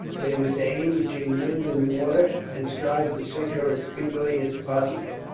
they were to aim between wind and water, and strive to sink her as speedily as possible.